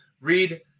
read